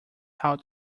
out